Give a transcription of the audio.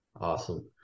Awesome